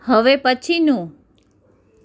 હવે પછીનું